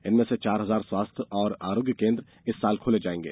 इनमें से चार हजार स्वास्थ्य और आरोग्य केंद्र इस साल खोले जाएंगे